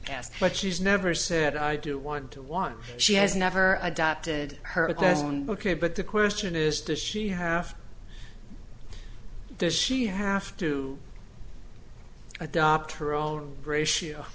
past but she's never said i do want to want she has never adopted her own book a but the question is does she have those she have to adopt her own ratio